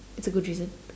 it's a good reason